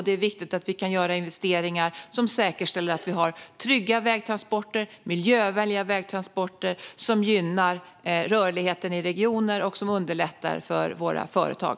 Det är viktigt att vi kan göra investeringar som säkerställer trygga och miljövänliga vägtransporter som gynnar rörligheten i regioner och som underlättar för våra företag.